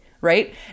right